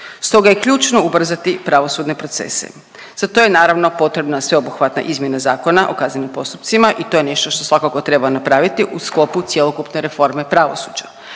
Stoga je ključno ubrzati pravosudne procese. Za to je naravno potrebna sveobuhvatna izmjena Zakona o kaznenim postupcima i to je nešto što svakako treba napraviti u sklopu cjelokupne reforme pravosuđa